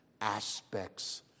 aspects